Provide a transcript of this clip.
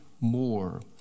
more